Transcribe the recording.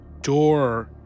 door